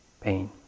pain